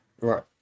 Right